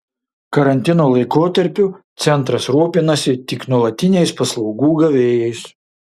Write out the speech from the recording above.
karantino laikotarpiu centras rūpinasi tik nuolatiniais paslaugų gavėjais